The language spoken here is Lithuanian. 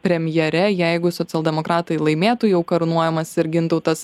premjere jeigu socialdemokratai laimėtų jau karūnuojamas ir gintautas